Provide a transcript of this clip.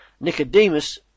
Nicodemus